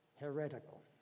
heretical